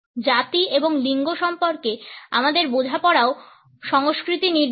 জাতি এবং লিঙ্গ সম্পর্কে আমাদের বোঝাপড়াও সংস্কৃতি নির্দিষ্ট